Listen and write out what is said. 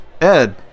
Ed